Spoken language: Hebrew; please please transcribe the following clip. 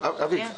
חריגים.